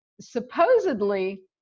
supposedly